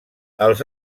els